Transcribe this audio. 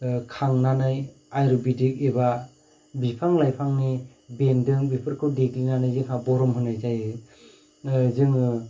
खांनानै आयुरभेदिक एबा बिफां लायफांनि बेन्दों बेफोरखौ देग्लिनानै जोंहा भर'म होनाय जायो जोङो